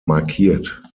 markiert